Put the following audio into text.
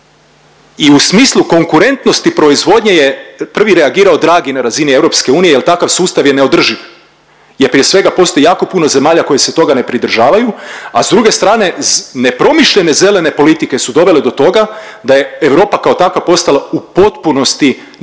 I u smislu konkurentnosti proizvodnje je prvi reagirao Draghi na razini EU jel takav sustav je neodrživ jer prije svega postoji jako puno zemalja koje se toga ne pridržavaju, a s druge strane nepromišljene zelene politike su dovele do toga da je Europa kao takva postala u potpunosti nekonkurentna.